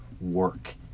work